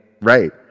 right